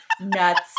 Nuts